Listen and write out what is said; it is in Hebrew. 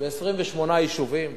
ב-28 יישובים.